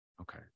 okay